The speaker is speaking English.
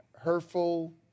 hurtful